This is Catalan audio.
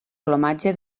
plomatge